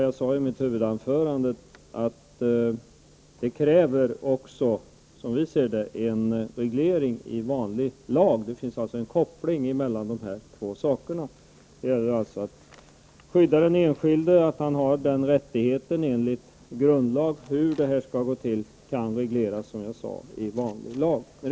Jag sade i mitt huvudanförande att det, som vi ser det också krävs en reglering i vanlig lag. Det finns alltså en koppling mellan dessa båda saker. Det gäller att skydda den enskilde och se till att han har denna rättighet fastställd i grundlag. Hur detta skall gå till kan däremot, som jag sade, regleras i vanlig lag.